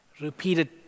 repeated